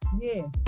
Yes